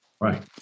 Right